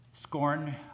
scorn